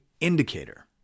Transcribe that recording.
indicator